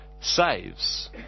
saves